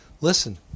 Listen